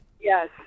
Yes